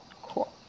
Cool